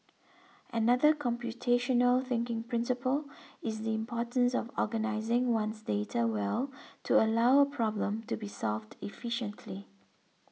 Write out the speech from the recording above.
another computational thinking principle is the importance of organising one's data well to allow a problem to be solved efficiently